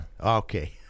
Okay